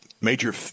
Major